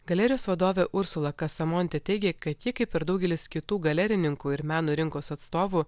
galerijos vadovė ursula kasamonti teigia kad ji kaip ir daugelis kitų galerininkų ir meno rinkos atstovų